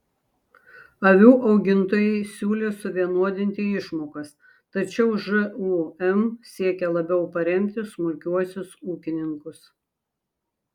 avių augintojai siūlė suvienodinti išmokas tačiau žūm siekė labiau paremti smulkiuosius ūkininkus